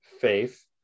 faith